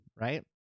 right